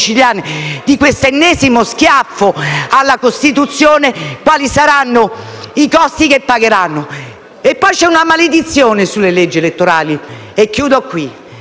di questo ennesimo schiaffo alla Costituzione - quali saranno i costi che pagherete. Poi c'è una maledizione sulle leggi elettorali.